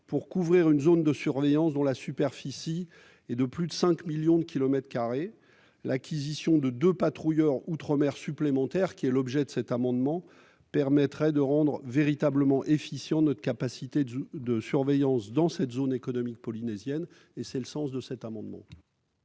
pour couvrir une zone de surveillance dont la superficie est de plus de 5 millions de kilomètres carrés. L'acquisition de deux patrouilleurs outre-mer supplémentaires permettrait de rendre véritablement efficace notre capacité de surveillance dans cette zone économique polynésienne. C'est le sens de cet amendement.